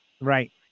Right